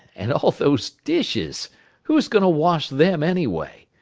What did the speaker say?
and all those dishes who's going to wash them, anyway?